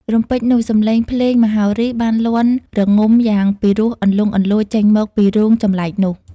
រំពេចនោះ សំលេងភ្លេង មហោរីបានលាន់រងំយ៉ាងពីរោះលន្លង់លន្លោចចេញមក ពីរូងចំលែកនោះ ។